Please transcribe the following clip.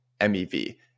MEV